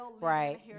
right